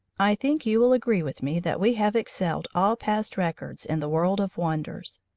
i think you will agree with me that we have excelled all past records in the world of wonders.